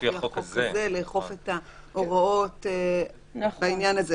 לפי החוק הזה לאכוף את ההוראות בעניין הזה.